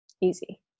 easy